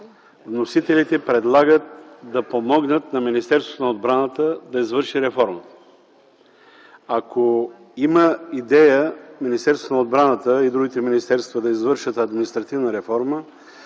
вносителите предлагат да помогнат на Министерството на отбраната да извърши реформа. Ако има идея Министерството на отбраната и другите министерства да извършат административна реформа,